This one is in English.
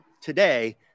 today